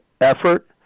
effort